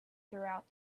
throughout